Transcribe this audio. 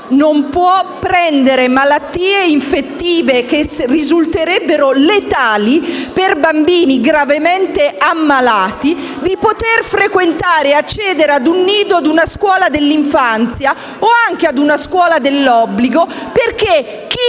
non può prendere malattie infettive, che risulterebbero letali per bambini gravemente ammalati, di poter frequentare e accedere a un nido e a una scuola dell'infanzia o anche a una scuola dell'obbligo, perché chi